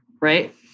right